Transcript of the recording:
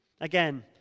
Again